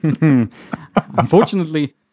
Unfortunately